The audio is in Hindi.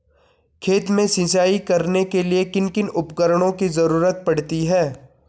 खेत में सिंचाई करने के लिए किन किन उपकरणों की जरूरत पड़ती है?